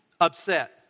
upset